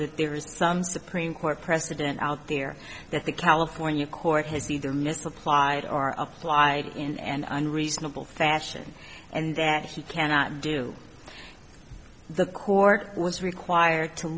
that there is some supreme court precedent out there that the california court has either misapplied are applied in and unreasonable fashion and that he cannot do the court was required to